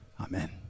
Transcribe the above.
Amen